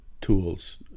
tools